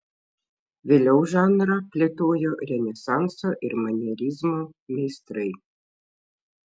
vėliau žanrą plėtojo renesanso ir manierizmo meistrai